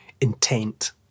intent